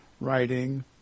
writing